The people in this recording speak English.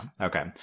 okay